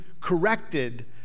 corrected